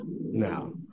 now